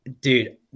Dude